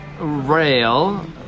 rail